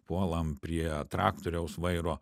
puolam prie traktoriaus vairo